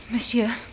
Monsieur